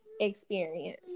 experience